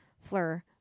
Fleur